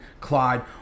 Clyde